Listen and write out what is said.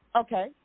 Okay